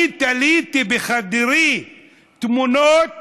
אני תליתי בחדרי תמונות